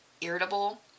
irritable